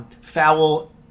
foul